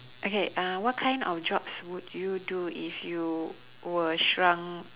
okay uh what kind of jobs would you do if you were shrunk